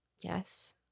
Yes